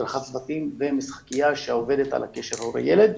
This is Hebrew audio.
הדרכת צוותים ומשחקייה שעובדת על קשר הורה-ילד.